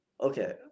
okay